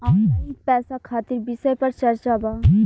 Online पैसा खातिर विषय पर चर्चा वा?